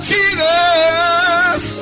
Jesus